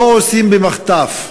לא עושים במחטף,